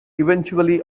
eventually